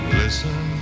listen